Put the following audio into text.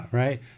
right